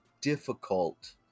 difficult